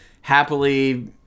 happily